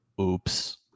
Oops